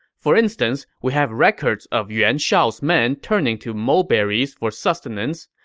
for instance, we have records of yuan shao's men turning to mulberries for sustenance.